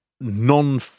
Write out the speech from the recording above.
non